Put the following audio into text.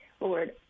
Lord